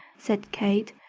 said kate.